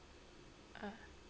ah